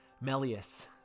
Melius